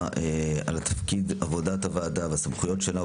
על תפקיד עבודת הוועדה והסמכויות שלה,